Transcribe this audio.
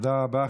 תודה רבה.